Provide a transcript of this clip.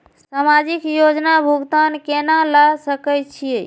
समाजिक योजना के भुगतान केना ल सके छिऐ?